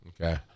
Okay